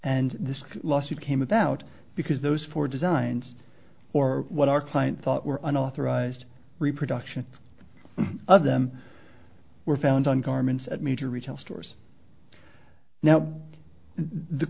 and this lawsuit came about because those four designs or what our client thought were an authorized reproduction of them were found on garments at major retail stores now